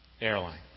Airline